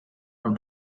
from